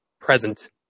present